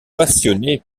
passionnés